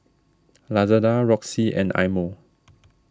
Lazada Roxy and Eye Mo